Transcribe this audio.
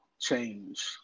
change